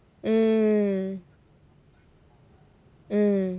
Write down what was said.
mm mm